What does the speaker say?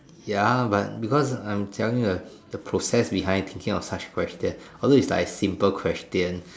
ya but because I'm telling you a the process behind thinking of such question although it's like a simple question